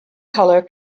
color